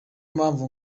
mpamvu